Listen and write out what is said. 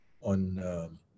on